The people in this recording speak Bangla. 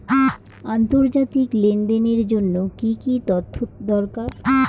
আন্তর্জাতিক লেনদেনের জন্য কি কি তথ্য দরকার?